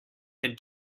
can